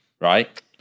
right